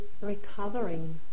recovering